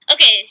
Okay